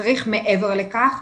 צריך מעבר לכך.